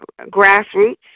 grassroots